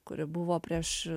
kuri buvo prieš